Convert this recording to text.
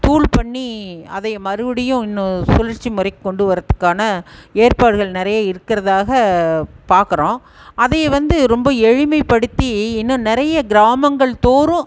தூள் பண்ணி அதை மறுபடியும் இன்னொரு சுழற்சி முறைக்கு கொண்டு வரதுக்கான ஏற்பாடுகள் நிறைய இருக்கிறதாக பார்க்கறோம் அதையே வந்து ரொம்ப எளிமைப்படுத்தி இன்னும் நிறைய கிராமங்கள் தோறும்